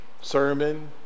sermon